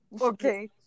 Okay